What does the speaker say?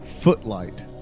Footlight